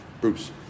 Bruce